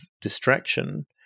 distraction